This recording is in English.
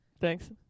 Thanks